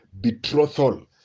betrothal